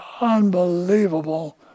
unbelievable